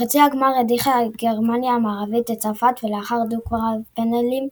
בחצי הגמר הדיחה גרמניה המערבית את צרפת לאחר דו-קרב פנדלים,